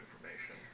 information